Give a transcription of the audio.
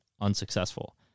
unsuccessful